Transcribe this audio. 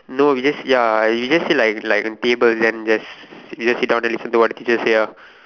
no we just ya you just sit like like table then just you just sit down then listen to what the teacher say ah